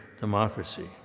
democracy